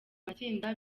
matsinda